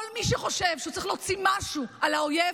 כל מי שחושב שהוא צריך להוציא משהו על האויב,